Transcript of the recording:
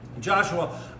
Joshua